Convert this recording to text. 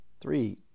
Three